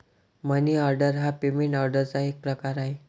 मनी order हा payment ऑर्डरचा एक प्रकार आहे